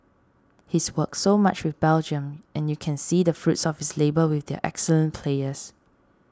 he's worked so much with Belgium and you can see the fruits of his labour with their excellent players